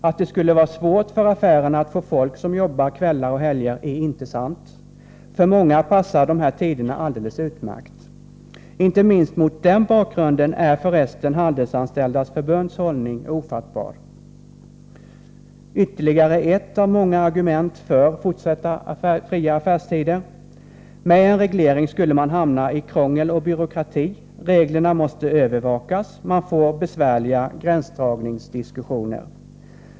Att det skulle vara svårt för affärerna att få folk som arbetar kvällar och helger är inte sant. För många passar de tiderna alldeles utmärkt. Inte minst mot den bakgrunden är för resten Handelsanställdas förbunds hållning ofattbar. Ytterligare ett av många argument för fortsatta fria affärstider: Med en reglering skulle man hamna i krångel och byråkrati. Reglerna måste övervakas. Man får besvärliga gränsdragningsdiskussioner.